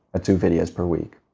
at two videos per week.